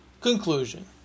Conclusion